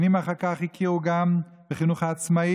שנים אחר כך הכירו גם בחינוך העצמאי,